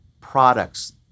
products